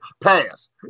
Pass